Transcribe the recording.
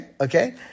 okay